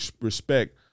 respect